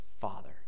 father